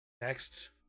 next